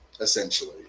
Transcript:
essentially